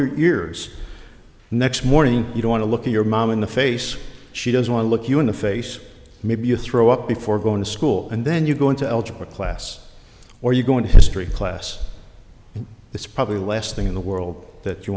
your ears next morning you don't want to look at your mom in the face she doesn't want to look you in the face maybe you throw up before going to school and then you go into algebra class or you go in history class it's probably last thing in the world that you